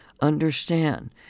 understand